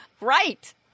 Right